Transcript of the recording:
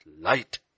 light